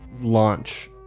launch